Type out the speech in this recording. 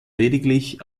lediglich